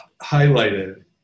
highlighted